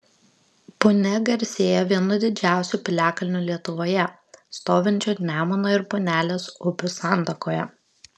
punia garsėja vienu didžiausių piliakalnių lietuvoje stovinčiu nemuno ir punelės upių santakoje